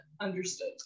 understood